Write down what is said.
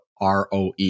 ROE